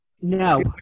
No